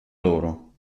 loro